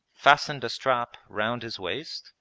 fastened a strap round his waist,